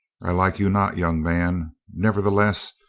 i like you not, young man. nevertheless,